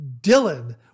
Dylan